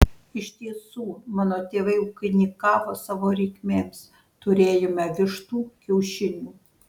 iš tiesų mano tėvai ūkininkavo savo reikmėms turėjome vištų kiaušinių